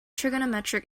trigonometric